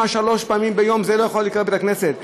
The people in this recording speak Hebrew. שלוש פעמים ביום לא יכול להיקרא בית-כנסת?